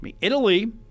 Italy